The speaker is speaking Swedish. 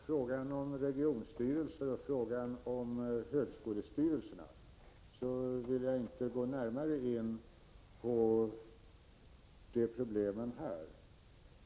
Frågan om regionstyrelser och frågan om högskolestyrelserna vill jag inte gå närmare in på här.